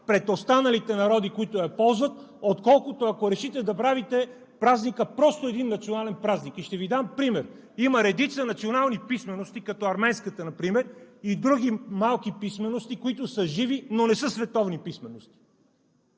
пред останалите народи, които я ползват, отколкото, ако решите да правите празника просто един национален празник. Ще Ви дам пример: има редица национални писмености – като арменската например, и други малки писмености, които са живи, но не са световни писмености.